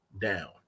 down